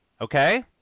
Okay